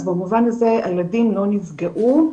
אז במובן הזה הילדים לא נפגעו.